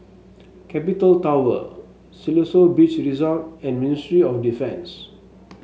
Capital Tower Siloso Beach Resort and Ministry of Defence